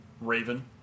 raven